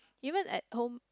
even at home